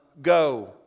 go